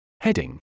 Heading